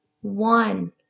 one